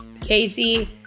Casey